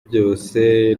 byose